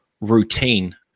routine